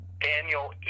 Daniel